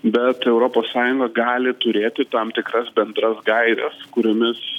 bet europos sąjunga gali turėti tam tikras bendras gaires kuriomis